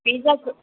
पीज़ स